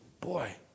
Boy